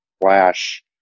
Flash